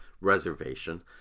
reservation